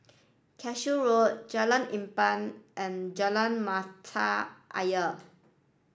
Cashew Road Jalan Empat and Jalan Mata Ayer